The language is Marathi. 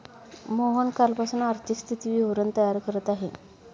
मोहन कालपासून आर्थिक स्थिती विवरण तयार करत आहे